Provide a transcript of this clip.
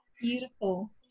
Beautiful